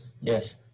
yes